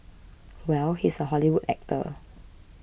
well he's a Hollywood actor